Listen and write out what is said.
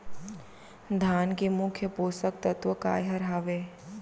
धान के मुख्य पोसक तत्व काय हर हावे?